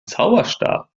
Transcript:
zauberstab